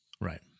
Right